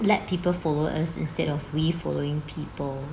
let people follow us instead of we following people